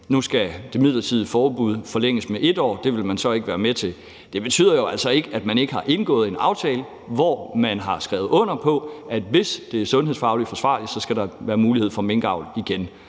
forlænge det midlertidige forbud med 1 år, betyder det altså ikke, at man ikke har indgået en aftale, hvor man har skrevet under på, at hvis det er sundhedsfagligt forsvarligt, skal der være mulighed for minkavl igen.